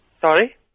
Sorry